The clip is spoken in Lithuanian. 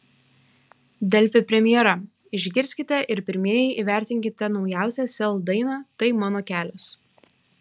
delfi premjera išgirskite ir pirmieji įvertinkite naujausią sel dainą tai mano kelias